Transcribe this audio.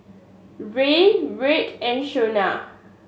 Ray Wright and Shaunna